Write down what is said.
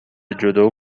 جودو